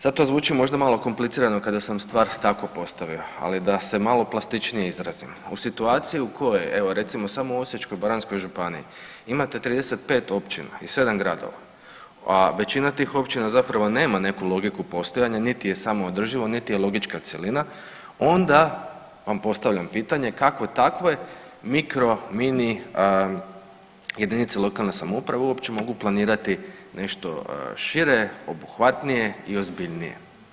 Sad to zvuči možda malo komplicirano kada sam stvar tako postavio, ali da se malo plastičnije izrazim, u situaciji u kojoj je, evo recimo samo u Osječko-baranjskoj županiji imate 35 općina i 7 gradova, a većina tih općina zapravo nema neku logiku postojanja niti je samoodrživo niti je logička cjelina onda vam postavljam pitanje kako takve mikro, mini jedinice lokalne samouprave uopće mogu planirati nešto šire, obuhvatnije i ozbiljnije.